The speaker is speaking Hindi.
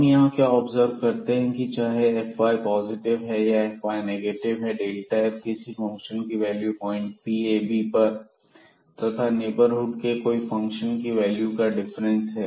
हम यहां क्या ऑब्जर्व करते हैं की चाहे fy पॉजिटिव है या fy नेगेटिव है यह f किसी फंक्शन की वैल्यू पॉइंट a b पर तथा नेबरहुड के कोई फंक्शन की वैल्यू का डिफरेंस है